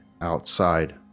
outside